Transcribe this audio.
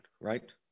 right